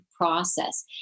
process